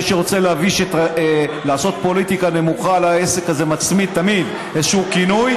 מי שרוצה לעשות פוליטיקה נמוכה לעסק הזה מצמיד תמיד איזשהו כינוי,